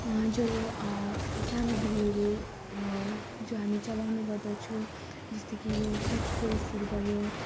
जो यो सामग्रीहरू जो हामी चलाउने गर्दछौँ जस्तो कि यो टुथपेस्टहरू भयो